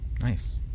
Nice